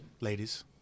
ladies